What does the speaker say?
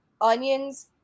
onions